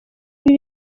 ibi